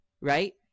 right